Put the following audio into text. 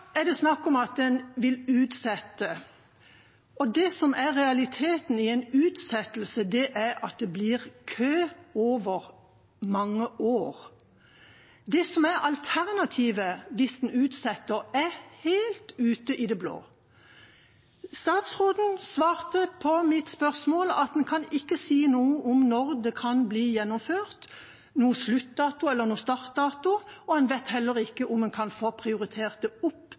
er det snakk om at en vil utsette. Det som er realiteten i en utsettelse, er at det blir kø over mange år. Det som er alternativet hvis en utsetter, er helt i det blå. Statsråden svarte på mitt spørsmål at en ikke kan si noe om når det kan bli gjennomført, eller om en sluttdato eller en startdato, og en vet heller ikke om en kan få prioritert det opp